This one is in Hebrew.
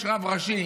יש רב ראשי